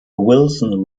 wilson